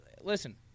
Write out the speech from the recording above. Listen